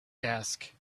desk